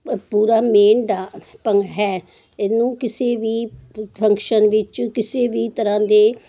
ਪੂਰਾ ਮੇਨ ਡਾ ਭੰਗ ਹੈ ਇਹਨੂੰ ਕਿਸੇ ਵੀ ਫੰਕਸ਼ਨ ਵਿੱਚ ਕਿਸੇ ਵੀ ਤਰ੍ਹਾਂ ਦੇ